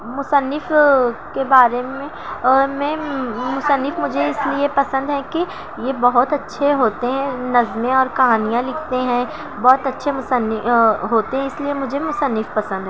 مصنف کے بارے میں مصنف مجھے اس لیے پسند ہیں کہ یہ بہت اچھے ہوتے ہیں نظمیں اور کہانیاں لکھتے ہیں بہت اچھے مصنف ہوتے ہیں اس لیے مجھے مصنف پسند ہیں